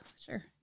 sure